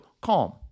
CALM